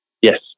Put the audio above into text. Yes